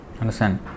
Understand